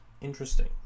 Interesting